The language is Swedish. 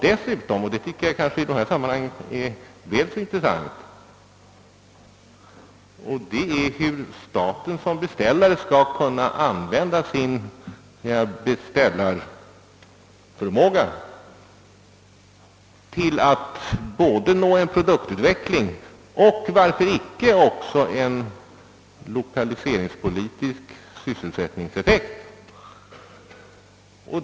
Dessutom, och det tycker jag är väl så intressant i detta sammanhang, gäller det hur staten som beställare skall kunna använda sin beställarförmåga till att uppnå både en produktutveckling och varför icke också en lokaliseringspolitisk sysselsättningseffekt.